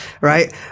right